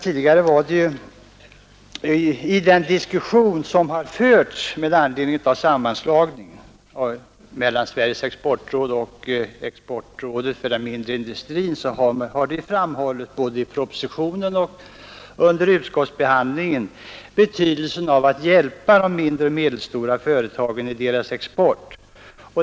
I den diskussion som har förts med anledning av sammanslagningen mellan Sveriges exportråd och exportrådet för den mindre industrin har både i propositionen och under utskottsbehandlingen framhållits betydelsen av att hjälpa de mindre och medelstora företagen i deras export.